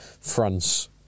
France